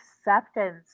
acceptance